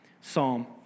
psalm